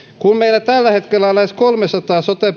kun meillä tällä hetkellä on lähes kolmensadan sote